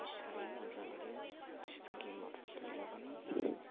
साह्रै मजा गऱ्यो त्यस्तो गेमहरू खेलेर पनि